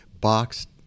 boxed